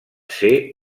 ser